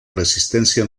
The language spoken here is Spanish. resistencia